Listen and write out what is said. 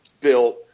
built